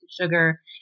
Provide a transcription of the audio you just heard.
sugar